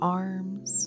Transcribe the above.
arms